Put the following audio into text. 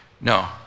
no